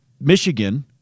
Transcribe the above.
Michigan